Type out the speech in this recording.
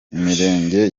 imirenge